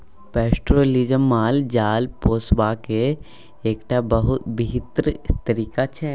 pastoralism माल जाल पोसबाक एकटा बृहत तरीका छै